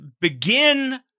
begin